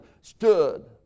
stood